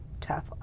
tough